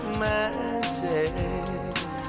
magic